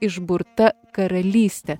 išburta karalystė